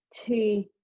two